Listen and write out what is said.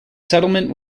settlement